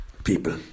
people